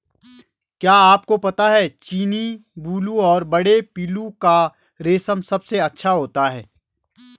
क्या आपको पता है चीनी, बूलू और बड़े पिल्लू का रेशम सबसे अच्छा होता है?